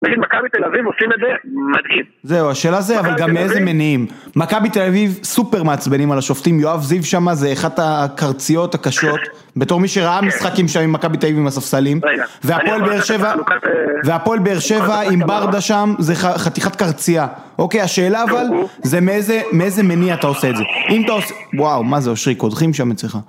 נגיד מכבי תל אביב עושים את זה מדהים. זהו, השאלה זה, אבל גם מאיזה מניעים? מכבי תל אביב סופר מעצבנים על השופטים. יואב זיו שמה זה אחת הקרציות הקשות. בתור מי שראה משחקים שם עם מכבי תל אביב עם הספסלים. והפועל באר שבע עם ברדה שם זה חתיכת קרצייה. אוקיי, השאלה אבל זה מאיזה, מאיזה מניע אתה עושה את זה אם אתה עושה... וואו, מה זה אושרי קודחים שם אצלך